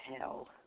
hell